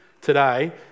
today